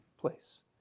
place